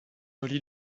relie